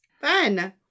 Fun